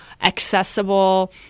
accessible